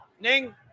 Ning